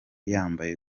yambaye